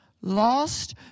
lost